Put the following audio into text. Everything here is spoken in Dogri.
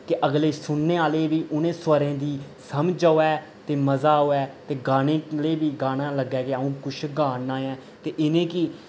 कि अगले सुनने आह्ले बी उनें स्वरें दी समझ आवै ते मजा आवै ते गाने आह्ले बी गाना लग्गै कि आऊं कुछ गा ना ऐ ते इ'नें कि